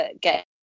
get